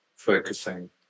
focusing